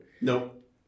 Nope